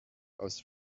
aus